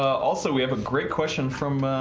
also we have a great question from